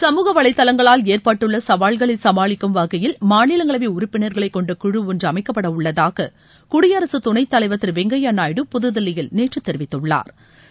சமூக வளைதளங்களால் ஏற்பட்டுள்ள சவால்களை சமாளிக்கும் வகையில் மாநிலங்களவை உறுப்பினர்களை கொண்ட குழு ஒன்று அமைக்கப்பட உள்ளதாக குடியரசுத் துணைத் தலைவர் திரு வெங்கையா நாயுடு புதுதில்லியில் நேற்று தெரிவித்துள்ளாா்